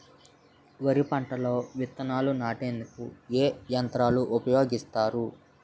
వరి పంటలో విత్తనాలు నాటేందుకు ఏ యంత్రాలు ఉపయోగిస్తారు?